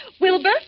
Wilbur